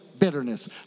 Bitterness